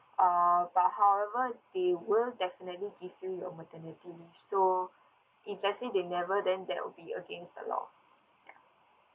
uh but however they will definitely give you your maternity leaves so if let's say they never then that will be against the law ya